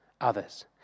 others